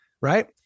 right